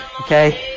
okay